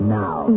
now